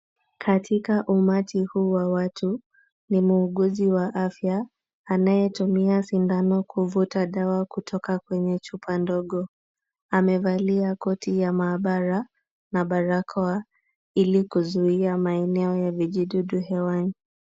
Katika umati huu wa watu, ni muuguzi wa afya anayetumia sindano kuvuta dawa kutoka kwenye chupa ndogo. Amevalia koti ya maabara na barakoa, ili kuzuia maeneo ya vijidudu hewani.